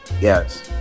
Yes